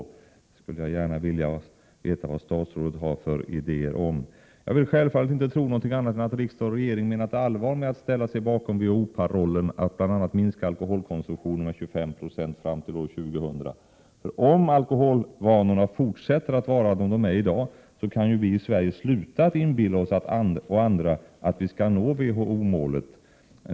Jag skulle gärna vilja veta vad statsrådet har för idéer om detta. Jag vill självfallet inte tro något annat än att riksdag och regering menat allvar med att ställa sig bakom WHO-parollen att alkoholkonsumtionen skall minska med 25 4 fram till år 2000. Om alkoholvanorna fortsätter att vara som de är i dag, kan vi i Sverige och andra sluta inbilla oss att vi skall nå WHO-målet.